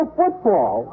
football